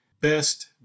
best